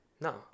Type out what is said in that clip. No